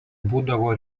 būdavo